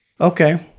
Okay